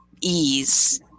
ease